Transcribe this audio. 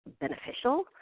beneficial